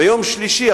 ביום שלישי,